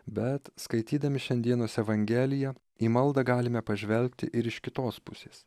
bet skaitydami šiandienos evangeliją į maldą galime pažvelgti ir iš kitos pusės